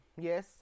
yes